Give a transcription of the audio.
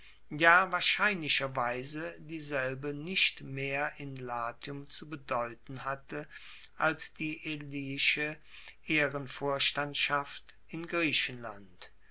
ja wahrscheinlicherweise dieselbe nicht mehr in latium zu bedeuten hatte als die elische ehrenvorstandschaft in griechenland